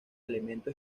elemento